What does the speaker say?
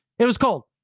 it was cold,